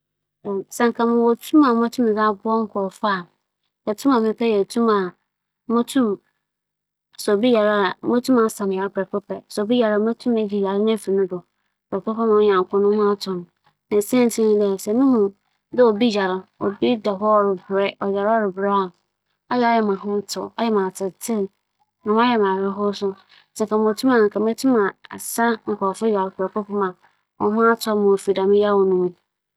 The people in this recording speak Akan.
Tum kɛse kor a nkyɛ mowͻ a ͻbɛyɛ me enyigye nye tum a wͻdze nyan owufo siantsir nye dɛ, sɛ obi bɛn wo anaa ebɛn obi na ofi mu a, ͻyɛ yaw ankasa ankasa. Wo werɛ how ma dɛm ntsi nkyɛ sɛ mowͻ dɛm tum no a, ber ara mo dͻfo anaa me nyɛnko bi befi mu no, mutum me ma onyan san ba atseasefo mu. Sɛ mohwɛ ber a me nana fir mu na yaw a ͻdze berɛ me maame a, nkyɛ nna dɛm ber no mowͻ dɛm tum no a, nkyɛ dɛm ennsi.